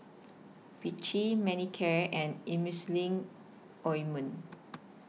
Vichy Manicare and Emulsying Ointment